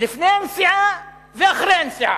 לפני הנסיעה ואחרי הנסיעה?